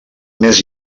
més